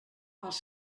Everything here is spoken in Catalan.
als